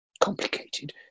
complicated